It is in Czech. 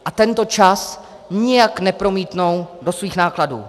A tento čas nijak nepromítnou do svých nákladů.